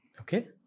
Okay